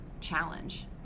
challenge